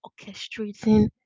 orchestrating